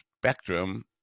spectrum